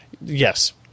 Yes